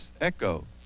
echo